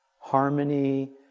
harmony